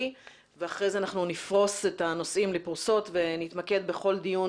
ואחרי זה אנחנו נפרוס את הנושאים לפרוסות ונתמקד בכל דיון